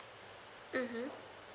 mmhmm